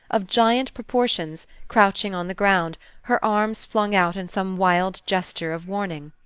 of giant proportions, crouching on the ground, her arms flung out in some wild gesture of warning.